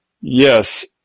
yes